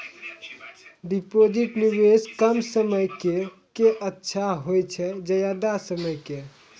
Deposit निवेश कम समय के के अच्छा होय छै ज्यादा समय के?